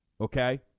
Okay